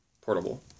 portable